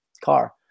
car